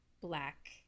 black